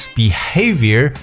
behavior